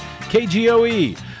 KGOE